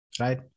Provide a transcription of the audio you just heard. right